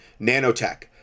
nanotech